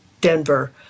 Denver